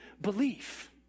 belief